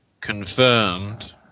confirmed